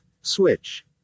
Switch